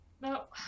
No